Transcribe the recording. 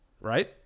right